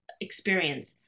experience